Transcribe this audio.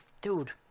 dude